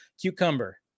Cucumber